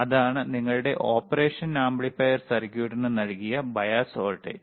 അതാണ് നിങ്ങളുടെ operation amplifier സർക്യൂട്ടിന് നൽകിയ ബയാസ് വോൾട്ടേജ്